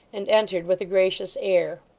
and entered with a gracious air.